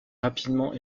rapidement